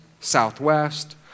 Southwest